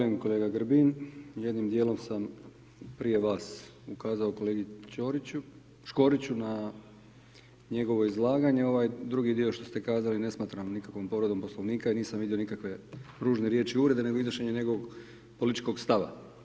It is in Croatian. Molim kolega Grbin, jednim dijelom sam prije vas ukazao kolegi Ćoriću, Škoriću na njegovo izlaganje, ovaj drugi dio što ste kazali ne smatram nikakvom povredom Poslovnika i nisam vidio nikakve ružne riječi uvrede, nego iznošenje njegovog političkog stava.